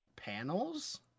panels